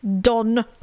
done